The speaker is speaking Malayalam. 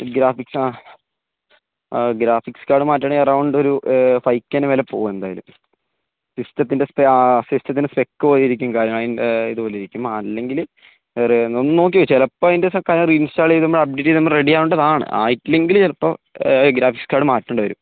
ഗ്രാഫിക്സ് ആ ഗ്രാഫിക്സ് കാർഡ് മാറ്റാനാണെങ്കില് എറൗണ്ട് ഒരു ഫൈവ് കെ ന് മുകളില് പോകും എന്തായാലും സിസ്റ്റത്തിന്റെ സ്പെക് പോലെയിരിക്കും കാര്യം അതിന്റെ ഇതുപോലെയിരിക്കും അല്ലെങ്കില് ഒന്ന് നോക്കിയെ ചിലപ്പോള് അതിൻ്റെ റീഇൻസ്റ്റാൾ അപ്ഡേറ്റ് ചെയ്യുമ്പോള് റെഡി ആകേണ്ടതാണ് ആയിട്ടില്ലെങ്കില് ചിലപ്പോള് ഗ്രാഫിക്സ് കാർഡ് മാറ്റേണ്ടിവരും